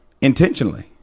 intentionally